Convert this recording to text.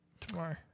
tomorrow